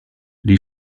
les